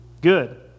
good